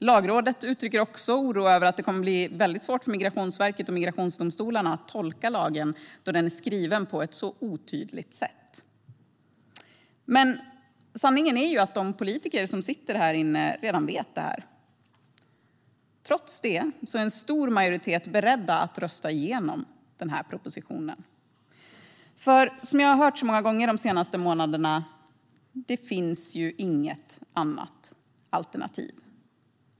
Lagrådet uttrycker också oro över att det kommer att bli väldigt svårt för Migrationsverket och migrationsdomstolarna att tolka lagen då den är skriven på ett så otydligt sätt. Sanningen är att vi politiker som sitter här inne redan vet detta. Trots det är en stor majoritet beredd att rösta igenom propositionen, för - som jag har hört så många gånger de senaste månaderna - det finns ju inget annat alternativ.